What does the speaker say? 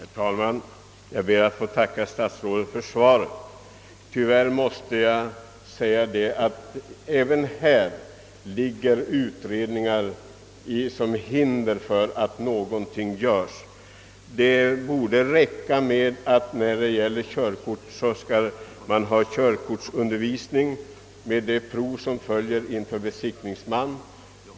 Herr talman! Jag ber att få tacka statsrådet Palme för svaret på min fråga. Även i detta fall nödgas jag dock konstatera att pågående utredningar förhindrar att någonting görs. För att erhålla körkort borde det räcka med att man har gått igenom körutbildning och det prov inför besiktningsman som därpå följer.